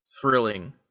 thrilling